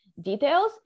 details